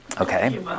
Okay